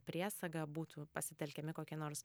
priesagą būtų pasitelkiami kokie nors